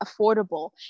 affordable